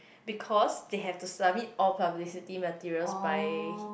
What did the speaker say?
because they have to submit all publicity materials by